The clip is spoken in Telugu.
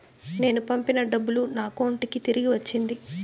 నేను పంపిన డబ్బులు నా అకౌంటు కి తిరిగి వచ్చింది